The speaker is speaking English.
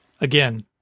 Again